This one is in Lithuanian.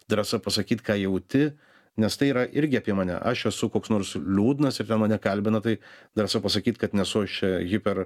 drąsa pasakyt ką jauti nes tai yra irgi apie mane aš esu koks nors liūdnas ir ten mane kalbina tai drąsa pasakyt kad nesu aš čia hiper